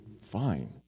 fine